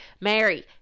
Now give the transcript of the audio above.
Mary